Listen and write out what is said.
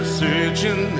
searching